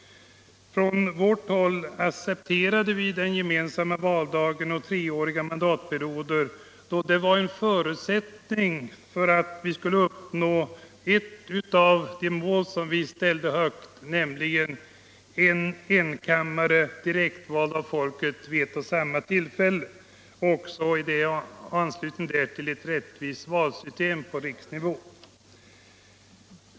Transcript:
För vår del accepterade vi den gemensamma valdagen och treåriga mandatperioder, då detta var en förutsättning för att vi skulle kunna uppnå ett av de mål som vi satte högst, nämligen en enkammare som är direkt vald av folket vid ett och samma tillfälle samt i anslutning därtill ett rättvist valsystem på riksnivå.